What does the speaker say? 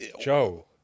Joe